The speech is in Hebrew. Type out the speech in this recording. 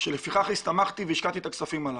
ועל כך הסתמכתי והשקעתי את הכספים הללו.